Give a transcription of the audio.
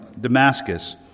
Damascus